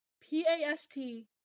P-A-S-T